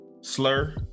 slur